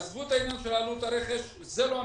עזבו את העניין של עלות הרכש, זה לא הנושא.